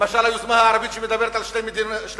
למשל על היוזמה הערבית שמדברת על שתי מדינות,